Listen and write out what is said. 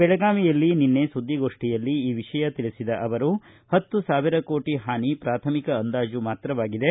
ಬೆಳಗಾವಿಯಲ್ಲಿ ನಿನ್ನೆ ಸುದ್ದಿಗೋಷ್ಠಿಯಲ್ಲಿ ಈ ವಿಷಯ ತಿಳಿಸಿದ ಅವರು ಪತ್ತು ಸಾವಿರ ಕೋಟಿ ಪಾನಿ ಪ್ರಾಥಮಿಕ ಅಂದಾಜು ಮಾತ್ರವಾಗಿದೆ